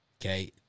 okay